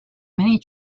many